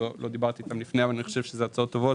לא דיברתי איתם לפני אבל אני חושב שהן הצעות טובות,